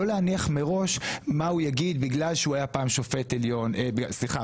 לא להניח מראש מה הוא יגיד בגלל שהוא שופט בית המשפט העליון.